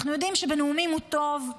אנחנו יודעים שבנאומים הוא טוב,